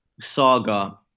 saga